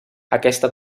aquesta